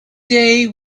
day